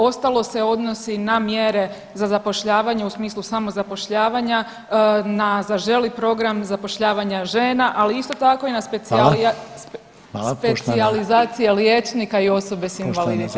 Ostalo se odnosi na mjere za zapošljavanje u smislu samozapošljavanja, na „zaželi“ program, zapošljavanje žena, ali isto tako i na specijalizacije liječnika i osobe sa invaliditetom.